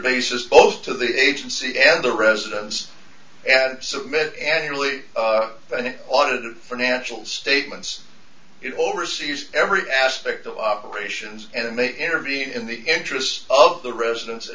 basis both to the agency and the residence and submit annually and audited financial statements overseas every aspect of operations and they intervene in the interests of the residents